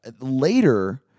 later